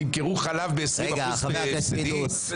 קופת חולים שלחה פציינט לבית החולים,